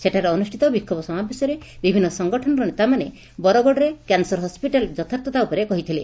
ସେଠାରେ ଅନୁଷ୍ଟିତ ବିକ୍ଷୋଭ ସମାବେଶରେ ବିଭିନୁ ସଂଗଠନର ନେତାମାନେ ବରଗଡ଼ରେ କେନସର ହସପିଟାଲର ଯଥାର୍ଥତା ଉପରେ କହିଥିଲେ